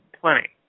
plenty